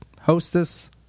hostess